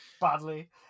badly